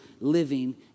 living